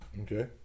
okay